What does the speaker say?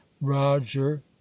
roger